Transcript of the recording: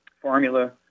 formula